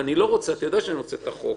אתה יודע שאני רוצה את החוק.